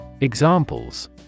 Examples